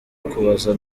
kubaza